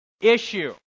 issue